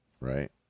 right